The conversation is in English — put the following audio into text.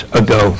ago